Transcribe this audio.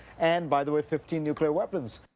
and by the way, fifteen nuclear weapons.